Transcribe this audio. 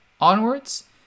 onwards